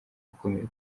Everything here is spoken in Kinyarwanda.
ukomeye